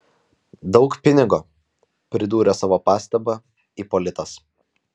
daug pinigo pridūrė savo pastabą ipolitas